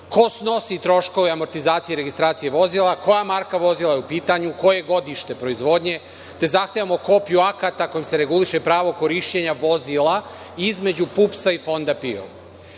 ko snosi troškove amortizacije i registracije vozila, koja marka vozila je u pitanju, koje godište proizvodnje, te zahtevamo kopiju akata kojim se reguliše pravo korišćenja vozila između PUPS i Fonda PIO.I